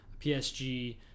PSG